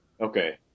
Okay